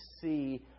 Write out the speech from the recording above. see